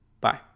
bye